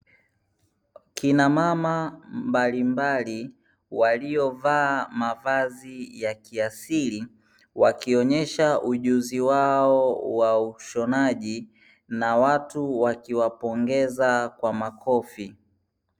Kina mama mbalimbali waliovaa mavazi ya kiasili wakionyesha ujuzi wao wa ushonaji na watu wakiwapongeza kwa makofi.